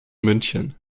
münchen